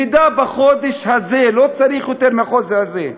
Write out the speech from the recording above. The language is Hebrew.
אם בחודש הזה, לא צריך יותר מהחודש הזה,